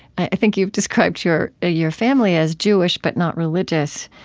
i think you've described your ah your family as jewish but not religious.